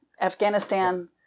afghanistan